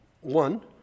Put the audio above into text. One